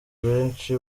benshi